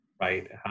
Right